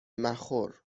مخور